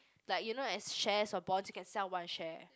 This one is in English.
like you know as shares a bond can sell one share